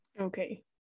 Okay